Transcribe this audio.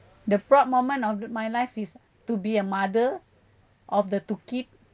the proud moment of my life is to be a mother of the two kid